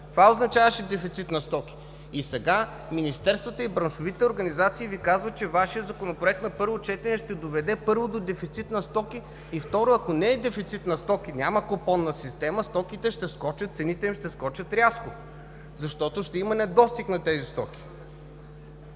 Това означаваше дефицит на стоки. Сега министерствата и браншовите организации Ви казват, че Вашият Законопроект на първо четене ще доведе, първо, до дефицит на стоки; и второ, ако не е дефицит на стоки, няма купонна система, цените на стоките ще скочат рязко, защото ще има недостиг на стоки.